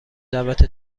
دعوت